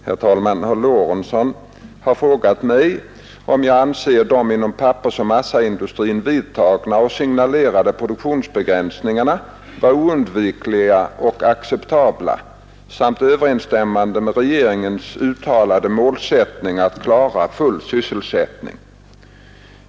Herr talman! Herr Lorentzon har frågat mig om jag anser de inom pappersoch massaindustrin vidtagna och signalerade produktionsbegränsningarna vara oundvikliga och acceptabla samt överensstämma med regeringens uttalade målsättning att klara full sysselsättning.